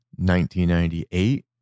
1998